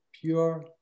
pure